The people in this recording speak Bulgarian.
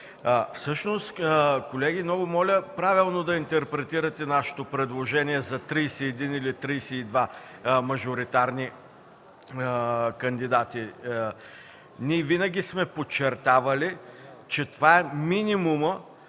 Колеги, много моля правилно да интерпретирате нашето предложение за 31 или 32 мажоритарни кандидати. Ние винаги сме подчертавали, че това е минимумът